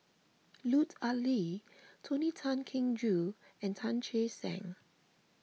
Lut Ali Tony Tan Keng Joo and Tan Che Sang